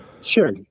Sure